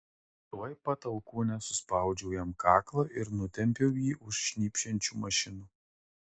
tuoj pat alkūne suspaudžiau jam kaklą ir nutempiau jį už šnypščiančių mašinų